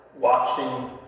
watching